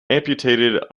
amputated